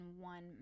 one